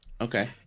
okay